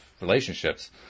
relationships